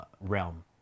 realm